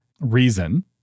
reason